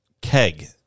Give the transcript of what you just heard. keg